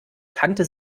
kannte